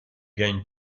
gagnes